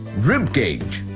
rib cage.